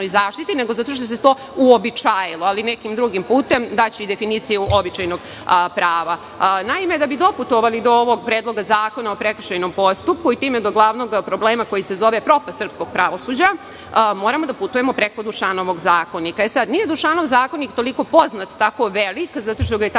zaštiti, nego zato što se to uobičajilo, ali nekim drugim putem. Daću i definiciju običajnog prava. Naime, da bi doputovali do ovog predloga zakona o prekršajnom postupku i time do glavnog problema koji se zove propast srpskog pravosuđa, moramo da putujemo preko Dušanovog zakonika. Nije Dušanov zakonik toliko poznat, tako velik zato što ga je tamo